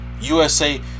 USA